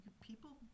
people